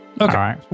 Okay